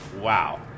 Wow